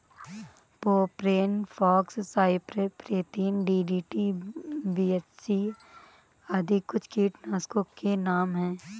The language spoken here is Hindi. propane fox, cypermethrin, DDT, BHC आदि कुछ कीटनाशकों के नाम हैं